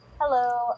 Hello